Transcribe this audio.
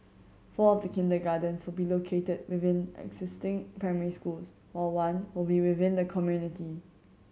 four of the kindergartens will be located within existing primary schools while one will within the community